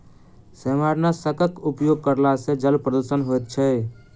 सेमारनाशकक उपयोग करला सॅ जल प्रदूषण होइत छै